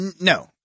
No